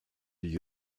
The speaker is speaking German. die